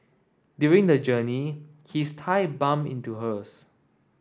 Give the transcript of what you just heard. during the journey his thigh bumped into hers